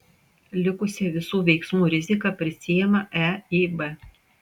likusią visų veiksmų riziką prisiima eib